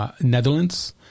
Netherlands